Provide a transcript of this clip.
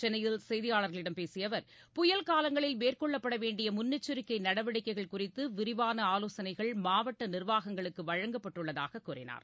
சென்னையில் செய்தியாளர்களிடம் பேசிய அவர் புயல் காலங்களில் மேற்கொள்ளபட வேண்டிய முன்னெச்சிக்கை நடவடிக்கைகள் குறித்து விரிவான ஆலோசனைகள் மாவட்ட நிர்வாகங்குளக்கு வழங்கப்பட்டுள்ளதாகக் கூறினார்